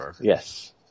Yes